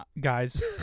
guys